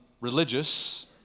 religious